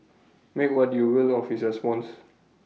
make what you will of his response